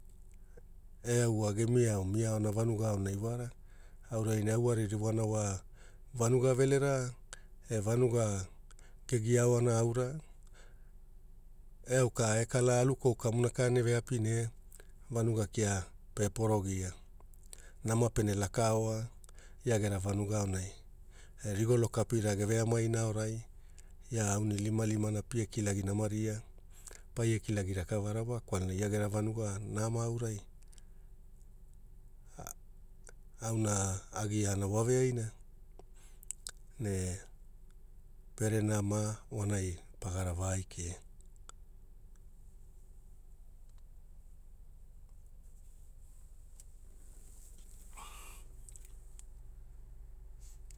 Eau wa gemiao mia aona vanuga aonai wara aurai ne au aririwana wa vanuga velera e vanuga ge gia aoana aura eau ka e kala alukou kamuna ka ene veapi ne vanuga kia pe porogia nama pene laka oa ia gera vanuga aonai e rigolo kapira geve amaina aorai ia aunilimalima na pie kilagi namaria paie kilagi rakavara wa kwalana ia gera vanuga nama aurai auna agiana waveaina ne pere nama wanai pagara va aikia